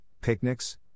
picnics